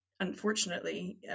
Unfortunately